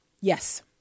Yes